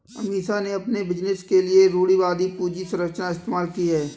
अमीषा ने अपने बिजनेस के लिए रूढ़िवादी पूंजी संरचना इस्तेमाल की है